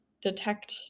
detect